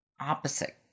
opposite